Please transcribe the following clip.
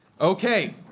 Okay